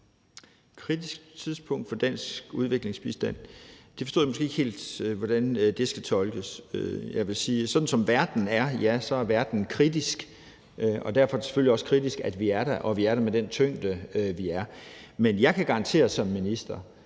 kritisk tidspunkt for dansk udviklingsbistand? Det forstod jeg måske ikke helt hvordan skal tolkes. Jeg vil sige, at sådan som verden er, ja, så er verden kritisk, og derfor er det selvfølgelig også kritisk, at vi er der, og at vi er der med den tyngde, vi er. Men jeg kan garantere som minister,